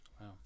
Wow